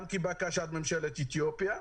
גם לבקשת ממשלת אתיופיה,